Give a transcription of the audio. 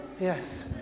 yes